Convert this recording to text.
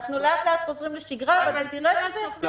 לאט-לאט אנחנו חוזרים לשגרה --- בסדר.